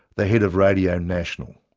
the head of radio national.